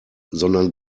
sondern